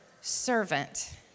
servant